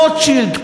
רוטשילד,